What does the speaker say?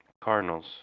Cardinals